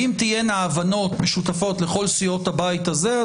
אם תהיינה הבנות משותפות לכל סיעות הבית הזה,